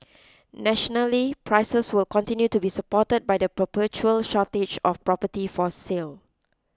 nationally prices will continue to be supported by the perpetual shortage of property for sale